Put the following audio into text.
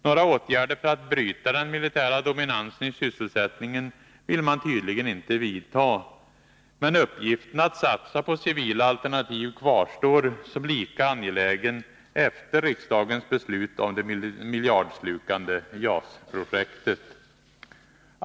Några åtgärder för att bryta den militära dominansen i sysselsättningen ville man tydligen inte vidta, men uppgiften att satsa på civila alternativ kvarstår som lika angelägen efter riksdagens beslut om det miljardslukande JAS-projektet.